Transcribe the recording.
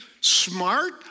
smart